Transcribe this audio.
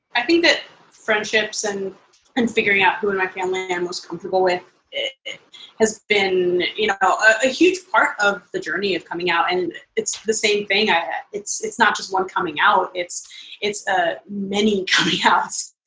i think that friendships and and figuring out who in my family i'm most comfortable with has been you know a huge part of the journey of coming out. and it's the same thing, it's it's not just one coming out. it's it's ah many coming outs.